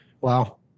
Wow